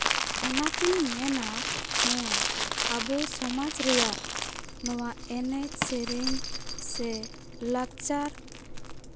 ᱚᱱᱟ ᱛᱤᱧ ᱢᱮᱱᱟ ᱦᱮᱸ ᱟᱵᱚ ᱥᱚᱢᱟᱡᱽ ᱨᱮᱭᱟᱜ ᱱᱚᱣᱟ ᱮᱱᱮᱡ ᱥᱮᱨᱮᱧ ᱥᱮ ᱞᱟᱠᱪᱟᱨ